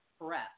breath